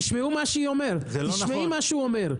תשמעי מה שהוא אומר.